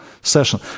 session